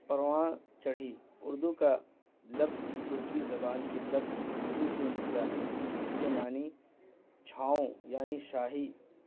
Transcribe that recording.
پروان چڑھی اردو کا لفظ ترکی زبان کے لفظ اردو سے نکلا ہے جس کے معنی چھاؤں یعنی شاہی